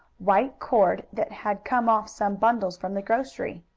white cord that had come off some bundles from the grocery.